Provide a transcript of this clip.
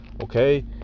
okay